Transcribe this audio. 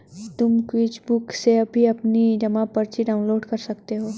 तुम क्विकबुक से भी अपनी जमा पर्ची डाउनलोड कर सकती हो